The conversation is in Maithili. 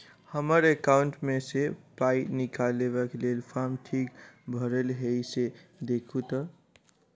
हम्मर एकाउंट मे सऽ पाई निकालबाक लेल फार्म ठीक भरल येई सँ देखू तऽ?